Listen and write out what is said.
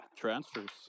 transfers